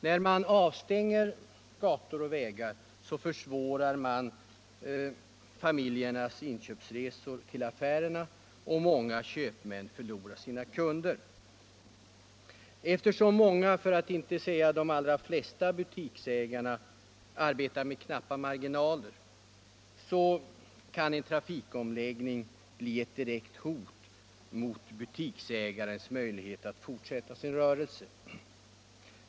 När man avstänger gator och vägar, försvårar man familjernas inköpsresor till affärerna, och många köpmän förlorar då sina kunder. Eftersom många, för att inte säga de allra flesta butiksägarna arbetar med knappa marginaler, kan en trafikomläggning bli ett direkt hot mot 7 butiksägarens möjlighet att fortsätta sin rörelse.